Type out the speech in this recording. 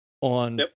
on